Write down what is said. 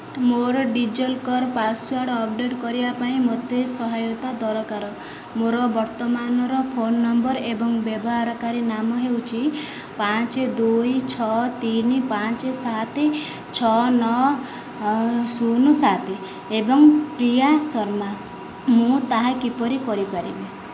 ମୋର DigiLocker password update କରିବା ପାଇଁ ମୋତେ ସହାୟତା ଦରକାର ମୋର ବର୍ତ୍ତମାନର ଫୋନ ନମ୍ବର ଏବଂ ବ୍ୟବହାରକାରୀ ନାମ ହେଉଛି ପାଞ୍ଚ ଦୁଇ ଛଅ ତିନି ପାଞ୍ଚ ସାତ ଛଅ ନଅ ଶୂନ ସାତ ଏବଂ ପ୍ରିୟା ଶର୍ମା ମୁଁ ତାହା କିପରି କରିବି